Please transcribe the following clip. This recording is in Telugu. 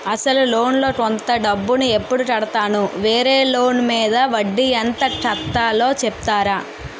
అసలు లోన్ లో కొంత డబ్బు ను ఎప్పుడు కడతాను? వేరే లోన్ మీద వడ్డీ ఎంత కట్తలో చెప్తారా?